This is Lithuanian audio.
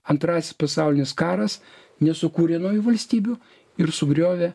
antrasis pasaulinis karas nesukūrė naujų valstybių ir sugriovė